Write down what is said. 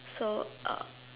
so uh